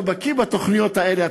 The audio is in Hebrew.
אתה בקי בתוכניות האלה,